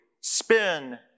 spin